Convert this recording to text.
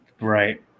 Right